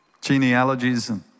genealogies